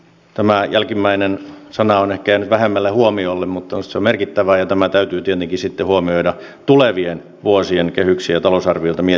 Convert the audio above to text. tämä jälkimmäinen sana on ehkä jäänyt vähemmälle huomiolle mutta minusta se on merkittävää ja tämä täytyy tietenkin sitten huomioida tulevien vuosien kehyksiä ja talousarvioita mietittäessä